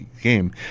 game